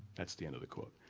that's the end of the quote.